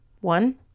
One